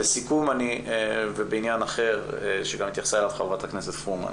לסיכום ובעניין אחר שהתייחסה אליו ח"כ פרומן,